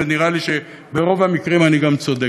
ונראה לי שברוב המקרים אני גם צודק,